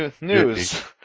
News